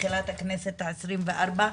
בתחילת הכנסת ה-24,